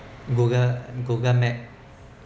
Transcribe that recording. google google map